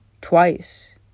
twice